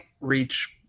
reach –